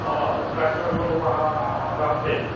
ह डाक्टर लोग वहाँ रहते हैं